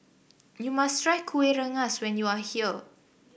you must try Kueh Rengas when you are here